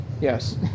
Yes